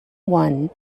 one